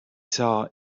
saw